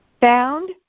found